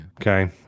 okay